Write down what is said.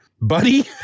Buddy